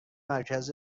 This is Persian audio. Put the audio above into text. مرکز